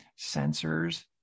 sensors